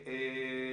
אחד,